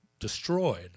destroyed